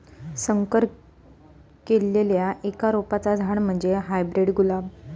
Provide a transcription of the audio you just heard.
संकर केल्लल्या एका रोपाचा झाड म्हणजे हायब्रीड गुलाब